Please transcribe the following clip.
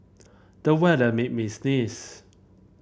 the weather made me sneeze